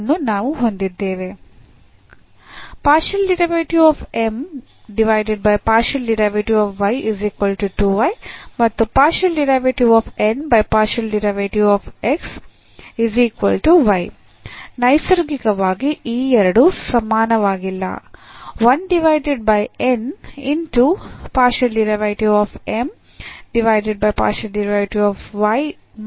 ನಾವು ಹೊಂದಿದ್ದೇವೆ ನೈಸರ್ಗಿಕವಾಗಿ ಈ ಎರಡು ಸಮಾನವಾಗಿಲ್ಲ